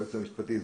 היועץ המשפטי,